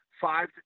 five